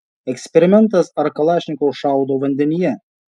eksperimentas ar kalašnikov šaudo vandenyje